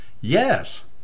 Yes